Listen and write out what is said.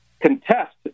contest